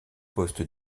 poste